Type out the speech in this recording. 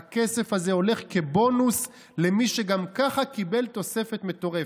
הכסף הזה הולך כבונוס למי שגם כך קיבל תוספת מטורפת.